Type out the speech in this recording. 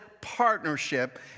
partnership